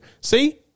See